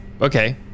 okay